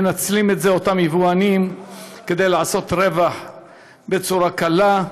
אותם יבואנים מנצלים את זה כדי לעשות רווח בצורה קלה.